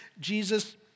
Jesus